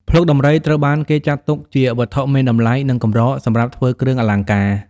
ភ្លុកដំរីត្រូវបានគេចាត់ទុកជាវត្ថុមានតម្លៃ និងកម្រសម្រាប់ធ្វើគ្រឿងអលង្ការ។